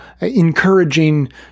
encouraging